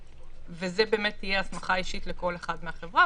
בזה תהיה הסמכה אישית לכל אחד מהחברה,